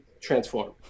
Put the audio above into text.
transform